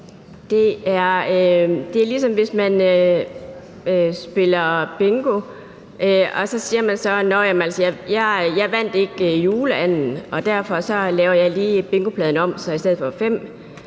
Det er ligesom, hvis man spiller bingo og så siger: Jeg vandt ikke juleanden, og derfor laver jeg lige bingopladen om, så i stedet for fem